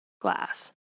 glass